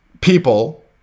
people